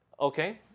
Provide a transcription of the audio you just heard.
Okay